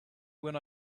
when